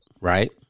right